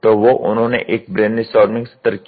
तो वो उन्होंने एक ब्रैनस्टोर्मिंग सत्र किया